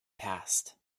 passed